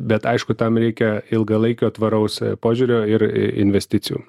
bet aišku tam reikia ilgalaikio tvaraus požiūrio ir investicijų